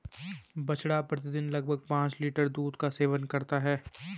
बछड़ा प्रतिदिन लगभग पांच लीटर दूध का सेवन करता है